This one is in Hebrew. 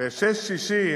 ב-6.60,